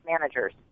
managers